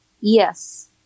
Yes